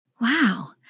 Wow